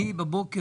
אני בבוקר,